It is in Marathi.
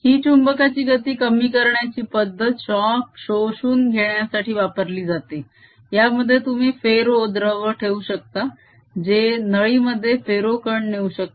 ही चुंबकाची गती कमी करण्याची पद्धत शॉक शोषून घेण्यासाठी वापरली जाते यामध्ये तुम्ही फेरो द्रव ठेऊ शकता जे नळीमध्ये फेरो कण नेऊ शकतात